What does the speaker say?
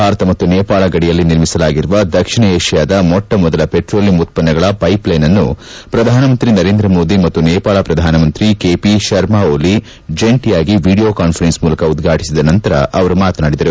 ಭಾರತ ಮತ್ತು ನೇಪಾಳ ಗಡಿಯಲ್ಲಿ ನಿರ್ಮಿಸಲಾಗಿರುವ ದಕ್ಷಿಣ ಏಷ್ಠಾದ ಮೊಟ್ಟ ಮೊದಲ ಪೆಟ್ರೋಲಿಯಂ ಉತ್ಪನ್ನಗಳ ಪೈಪ್ಲೈನ್ ಅನ್ನು ಪ್ರಧಾನಮಂತ್ರಿ ನರೇಂದ್ರ ಮೋದಿ ಮತ್ತು ನೇಪಾಳ ಪ್ರಧಾನಮಂತ್ರಿ ಕೆಪಿ ಶರ್ಮ ಓಲಿ ಜಂಟಿಯಾಗಿ ವಿಡಿಯೋ ಕಾನ್ವೆರೆನ್ಸ್ ಮೂಲಕ ಉದ್ವಾಟಿಸಿದ ನಂತರ ಅವರು ಮಾತನಾಡಿದರು